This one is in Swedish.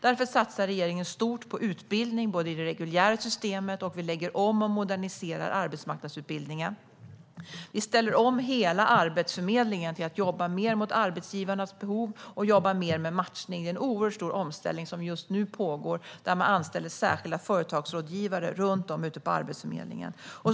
Därför satsar regeringen stort på utbildning i det reguljära systemet, och vi lägger om och moderniserar arbetsmarknadsutbildningen. Vi ställer om hela Arbetsförmedlingen till att jobba mer gentemot arbetsgivarnas behov och mer med matchning. Det är en oerhört stor omställning som just nu pågår där man anställer särskilda företagsrådgivare runt om ute på arbetsförmedlingarna.